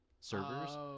servers